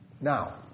Now